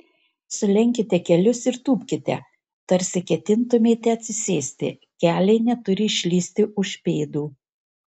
sulenkite kelius ir tūpkite tarsi ketintumėte atsisėsti keliai neturi išlįsti už pėdų